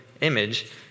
image